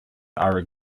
are